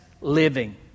living